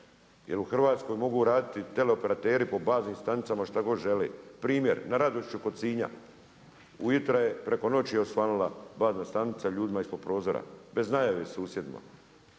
Jel u Hrvatskoj mogu raditi teleoperateri po baznim stanicama šta god žele. Primjer, na … kod Sinja, ujutra je preko noći osvanula bazna stanica ljudima ispod prozora, bez najave susjedima,